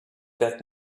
that